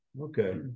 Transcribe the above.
okay